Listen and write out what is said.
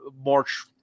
March